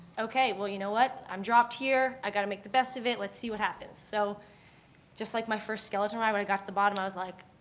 okay, well, you know what, i'm dropped here. i got to make the best of it. let's see what happens. so just like my first skeleton ride, when i got to the bottom, i was like,